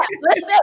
Listen